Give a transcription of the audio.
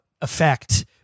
effect